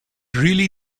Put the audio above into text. really